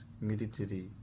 military